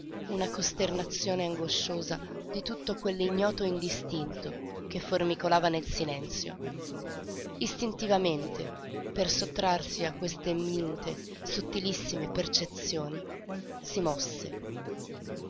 una costernazione angosciosa di tutto quell'ignoto indistinto che formicolava nel silenzio istintivamente per sottrarsi a queste minute sottilissime percezioni si mosse